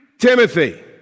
Timothy